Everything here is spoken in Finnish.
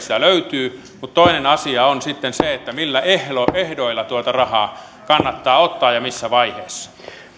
että sitä löytyy mutta toinen asia on sitten se millä ehdoilla ehdoilla tuota rahaa kannattaa ottaa ja missä vaiheessa